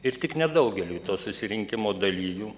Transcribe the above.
ir tik nedaugeliui to susirinkimo dalyvių